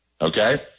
Okay